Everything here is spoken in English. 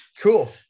cool